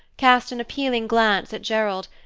cast an appealing glance at gerald,